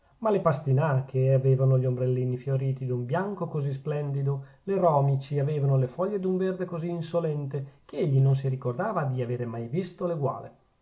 ma le pastinache avevano gli ombrellini fioriti d'un bianco così splendido le romici avevano le foglie d'un verde così insolente che egli non si ricordava di avere mai visto l'eguale